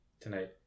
tonight